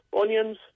onions